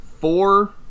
four